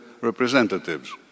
representatives